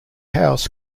house